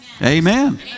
Amen